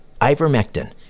Ivermectin